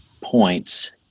points